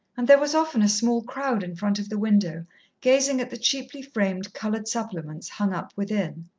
and there was often a small crowd in front of the window gazing at the cheaply-framed coloured supplements hung up within.